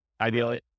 ideally